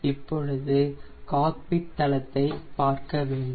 இப்போது காக்பிட் தளத்தை பார்க்க வேண்டும்